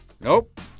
Nope